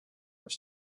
were